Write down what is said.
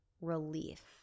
relief